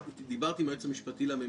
דיברתי עם היועץ המשפטי לממשלה,